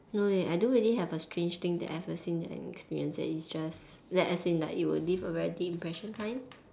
no leh I don't really have a strange thing that ever seen and experienced eh it's just like as in like it will leave a very deep impression kind